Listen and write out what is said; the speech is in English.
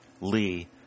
Lee